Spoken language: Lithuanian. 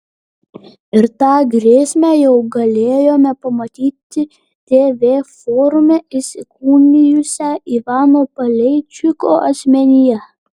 ir tą grėsmę jau galėjome pamatyti tv forume įsikūnijusią ivano paleičiko asmenyje